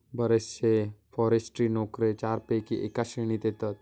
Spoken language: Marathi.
बरेचशे फॉरेस्ट्री नोकरे चारपैकी एका श्रेणीत येतत